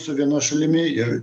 su viena šalimi ir